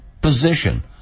position